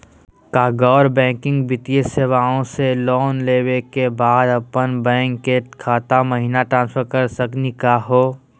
का गैर बैंकिंग वित्तीय सेवाएं स लोन लेवै के बाद अपन बैंको के खाता महिना ट्रांसफर कर सकनी का हो?